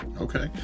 Okay